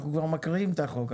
אנחנו מקריאים את החוק.